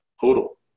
total